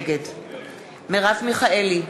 נגד מרב מיכאלי,